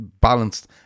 balanced